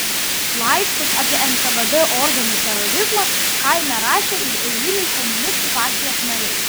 laiškus apie nkvd organų terorizmą kaime rašė ir eiliniai komunistų partijos nariai